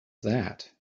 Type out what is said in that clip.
that